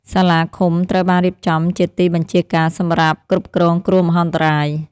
សាលាឃុំត្រូវបានរៀបចំជាទីបញ្ជាការសម្រាប់គ្រប់គ្រងគ្រោះមហន្តរាយ។